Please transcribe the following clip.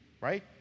Right